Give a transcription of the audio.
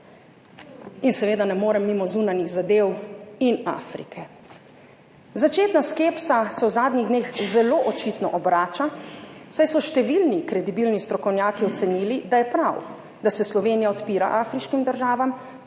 In seveda ne morem mimo zunanjih zadev in Afrike. Začetna skepsa se v zadnjih dneh zelo očitno obrača, saj so številni kredibilni strokovnjaki ocenili, da je prav, da se Slovenija odpira afriškim državam